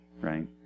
right